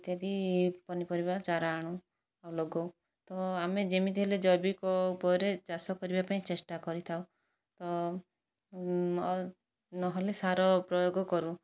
ଇତ୍ୟାଦି ପନିପରିବା ଚାରା ଆଣୁ ଆଉ ଲଗାଉ ତ ଆମେ ଯେମିତି ହେଲେ ଜୈବିକ ଉପାୟରେ ଚାଷ କରିବା ପାଇଁ ଚେଷ୍ଟା କରିଥାଉ ନହେଲେ ସାର ପ୍ରୟୋଗ କରୁ